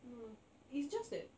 no lah it's just that